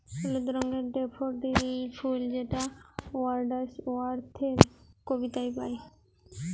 হলুদ রঙের ডেফোডিল ফুল যেটা ওয়ার্ডস ওয়ার্থের কবিতায় পাই